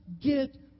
get